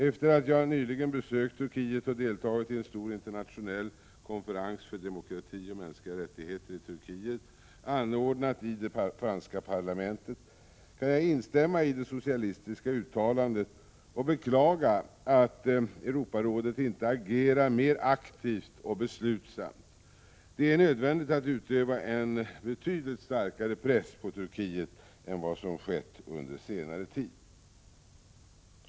Efter det att jag nyligen besökt Turkiet och deltagit i en stor internationell konferens för demokrati och mänskliga rättigheter i Turkiet, anordnad i det franska parlamentet, kan jag instämma i det socialistiska uttalandet och beklaga att Europarådet inte agerar mer aktivt och beslutsamt. Det är nödvändigt att utöva en betydligt starkare press på Turkiet än vad som skett under senare tid.